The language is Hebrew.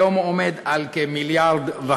היום עומד על כ-1.5 מיליארד.